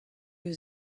eus